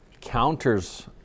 counters